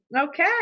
Okay